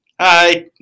Hi